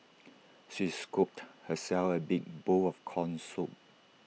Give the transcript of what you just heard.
she scooped herself A big bowl of Corn Soup